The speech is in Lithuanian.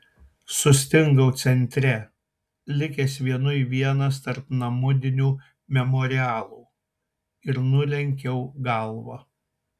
sustingau centre likęs vienui vienas tarp namudinių memorialų ir nulenkiau galvą